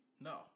No